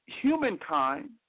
humankind